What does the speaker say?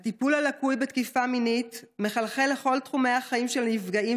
הטיפול הלקוי בתקיפה מינית מחלחל לכל תחומי החיים של הנפגעים